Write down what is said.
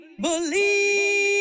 Believe